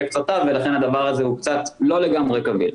קצותיו ולכן הדבר הזה לא לגמרי קביל.